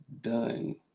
done